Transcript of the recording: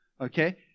Okay